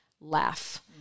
laugh